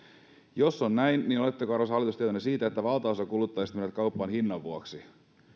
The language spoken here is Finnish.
jos on näin niin oletteko arvoisa hallitus tietoinen siitä että valtaosa kuluttajista menee kauppaan hinnan vuoksi